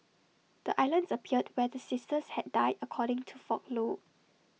the islands appeared where the sisters had died according to folklore